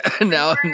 now